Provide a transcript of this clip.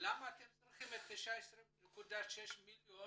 "למה אתם צריכים 19.6 מיליון